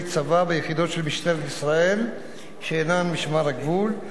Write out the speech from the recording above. צבא ביחידות של משטרת ישראל שאינן משמר הגבול,